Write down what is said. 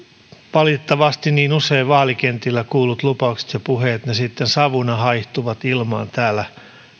valitettavasti niin usein vaalikentillä kuullut lupaukset ja puheet sitten savuna haihtuvat täällä